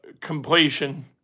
completion